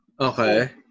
Okay